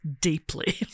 Deeply